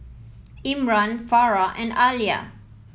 Imran Farah and Alya